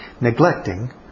Neglecting